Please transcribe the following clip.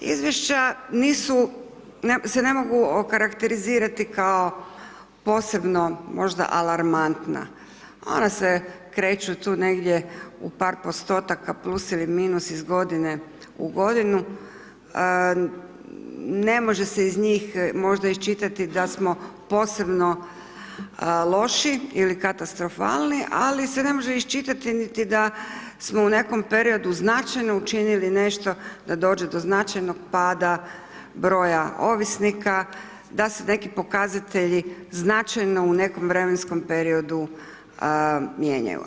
Izvješća nisu, se ne mogu okarakterizirati kao posebno možda alarmantna, ona se kreću tu negdje u par postotaka plus ili minus iz godine u godinu, ne može se iz njih možda iščitati da smo posebno loši ili katastrofalni ali se ne može iščitati da smo u nekakvom periodu značajno učinili nešto da dođe do značajnog pada broja ovisnika, da se neki pokazatelji značajno u nekom vremenskom periodu mijenjaju.